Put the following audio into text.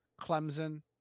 clemson